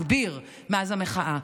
הגביר מאז המחאה,